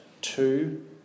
two